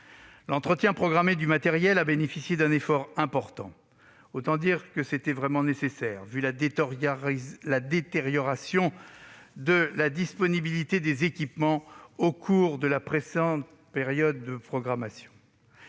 L'entretien programmé du matériel a bénéficié d'un effort important. Autant dire que c'était vraiment nécessaire, vu la détérioration de la disponibilité des équipements au cours de la précédente période de programmation.